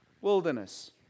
wilderness